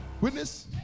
witness